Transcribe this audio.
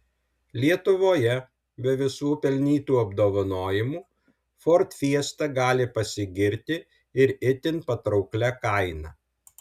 lietuvoje be visų pelnytų apdovanojimų ford fiesta gali pasigirti ir itin patrauklia kaina